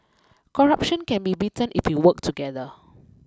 corruption can be beaten if we work together